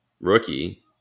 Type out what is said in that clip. rookie